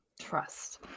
Trust